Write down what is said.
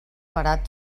barat